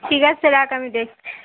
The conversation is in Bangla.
ঠিক আছে রাখ আমি দেখছি